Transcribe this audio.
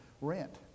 rent